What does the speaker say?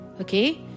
okay